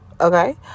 okay